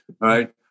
right